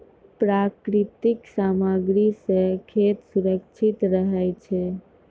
प्राकृतिक सामग्री सें खेत सुरक्षित रहै छै